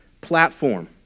platform